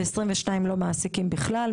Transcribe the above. ו-22% לא מעסיקים בכלל.